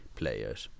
players